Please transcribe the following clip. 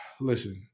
Listen